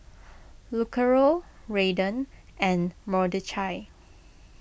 Lucero Raiden and Mordechai